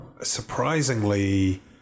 surprisingly